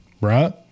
right